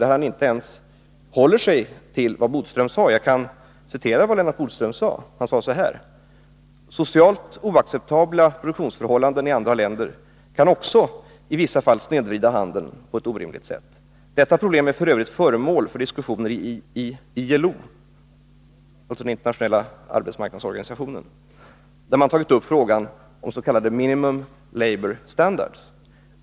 Men Bertil Danielsson håller sig inte ens till vad utrikesministern ' sade. Jag kan här återge vad Lennart Bodström då sade: ”Socialt oacceptabla produktionsförhållanden i andra länder kan också i vissa fall snedvrida handeln på ett orimligt sätt. Detta problem är f. ö. föremål för diskussioner i ILO, där man tagit upp frågan om s.k. Minimum Labour Standards.